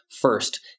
first